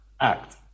act